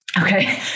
Okay